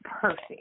perfect